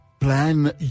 plan